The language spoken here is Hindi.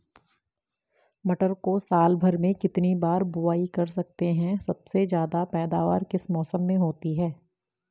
मटर को साल भर में कितनी बार बुआई कर सकते हैं सबसे ज़्यादा पैदावार किस मौसम में होती है?